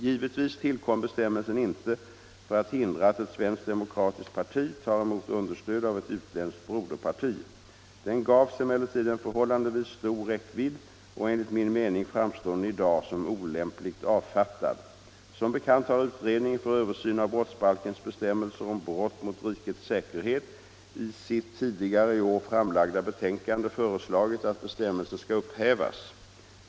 Givetvis tillkom bestämmelsen inte för att hindra att ett svenskt demokratiskt parti tar emot understöd av ett utländskt broderparti. Den gavs emellertid en förhållandevis stor räckvidd, och enligt min mening framstår den i dag som olämpligt avfattad. Som bekant har utredningen 111 för översyn av brottsbalkens bestämmelser om brott mot rikets säkerhet i sitt tidigare i år framlagda betänkande föreslagit att bestämmelsen skall upphävas.